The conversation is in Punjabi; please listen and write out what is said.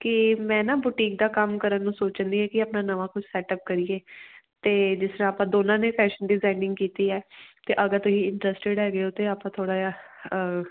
ਕਿ ਮੈਂ ਨਾ ਬੁਟੀਕ ਦਾ ਕੰਮ ਕਰਨ ਨੂੰ ਸੋਚਦੀ ਹੈ ਕਿ ਆਪਣਾ ਨਵਾਂ ਕੁਛ ਸੈਟਅਪ ਕਰੀਏ ਅਤੇ ਜਿਸ ਤਰ੍ਹਾਂ ਆਪਾਂ ਦੋਨਾਂ ਦੇ ਫੈਸ਼ਨ ਡਿਜ਼ਾਇਨਿੰਗ ਕੀਤੀ ਹੈ ਅਤੇ ਅਗਰ ਤੁਸੀਂ ਇੰਟਰਸਟਿਡ ਹੈਗੇ ਹੋ ਅਤੇ ਆਪਾਂ ਥੋੜ੍ਹਾ ਜਿਹਾ